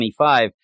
25